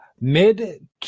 mid